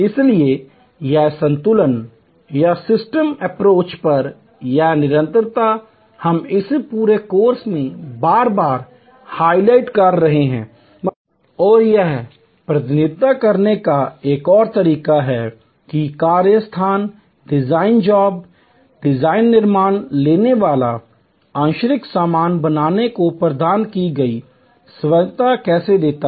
इसलिए यह संतुलन या सिस्टम एप्रोच पर यह निरंतरता हम इस पूरे कोर्स में बार बार हाइलाइट कर रहे हैं और यह प्रतिनिधित्व करने का एक और तरीका है कि यह कार्य स्थान डिजाइन जॉब डिज़ाइन निर्णय लेने वाला अक्षांश सामने वाले को प्रदान की गई स्वायत्तता कैसे देता है